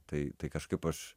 tai kažkaip aš